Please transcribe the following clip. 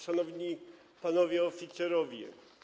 Szanowni Panowie Oficerowie!